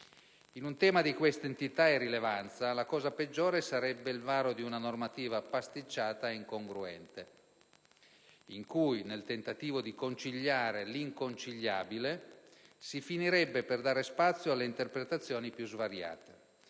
In un tema di questa entità e rilevanza, la cosa peggiore sarebbe il varo di una normativa pasticciata ed incongruente in cui, nel tentativo di conciliare l'inconciliabile, si finirebbe per dare spazio alle interpretazioni più svariate,